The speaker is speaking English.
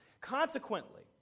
Consequently